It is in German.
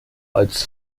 als